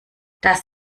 dass